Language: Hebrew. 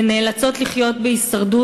ונאלצות לחיות בהישרדות.